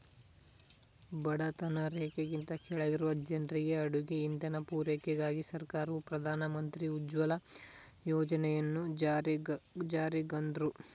ಬಡತನ ರೇಖೆಗಿಂತ ಕೆಳಗಿರೊ ಜನ್ರಿಗೆ ಅಡುಗೆ ಇಂಧನ ಪೂರೈಕೆಗಾಗಿ ಸರ್ಕಾರವು ಪ್ರಧಾನ ಮಂತ್ರಿ ಉಜ್ವಲ ಯೋಜನೆಯನ್ನು ಜಾರಿಗ್ತಂದ್ರು